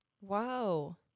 wow